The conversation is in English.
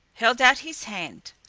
held out his hand.